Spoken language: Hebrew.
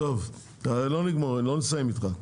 הרי לא נסיים איתך.